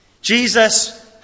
Jesus